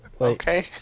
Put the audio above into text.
Okay